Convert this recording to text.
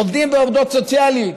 עובדים ועובדות סוציאליים,